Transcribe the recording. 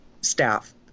staff